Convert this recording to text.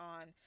on